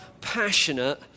passionate